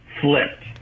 flipped